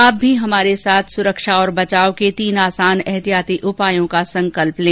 आप भी हमारे साथ सुरक्षा और बचाव के तीन आसान एहतियाती उपायों का संकल्प लें